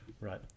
right